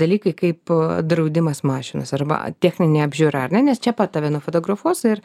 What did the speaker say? dalykai kaip draudimas mašinos arba techninė apžiūra ar ne nes čia pat tave nufotografuos ir